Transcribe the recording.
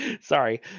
Sorry